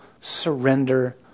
surrender